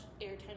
airtime